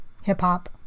hip-hop